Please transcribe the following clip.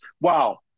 Wow